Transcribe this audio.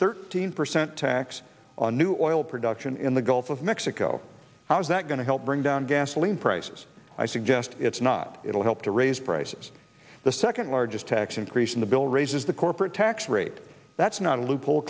thirteen percent tax on new oil production in the gulf of mexico how's that going to help bring down gasoline prices i suggest it's not it will help to raise prices the second largest tax increase in the bill raises the corporate tax rate that's not a loophole